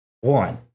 One